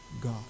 God